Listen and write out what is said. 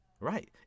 Right